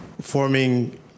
forming